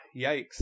yikes